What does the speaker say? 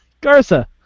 Garza